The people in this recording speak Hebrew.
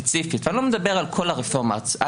הספציפית הזאת אני לא מדבר על כל הרפורמה עצמה